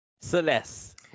celeste